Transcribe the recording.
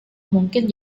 mungkin